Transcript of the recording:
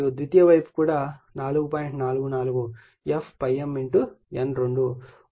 44 f ∅m N2 వోల్ట్లు